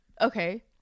okay